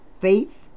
faith